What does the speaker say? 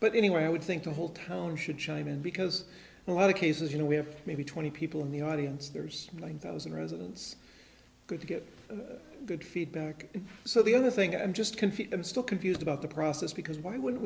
but anyway i would think the whole town should shine in because a lot of cases you know we have maybe twenty people in the audience there's one thousand residents good to get good feedback so the other thing i'm just confused i'm still confused about the process because why would